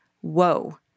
whoa